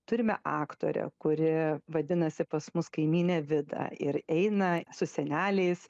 turime aktorę kuri vadinasi pas mus kaimynė vida ir eina su seneliais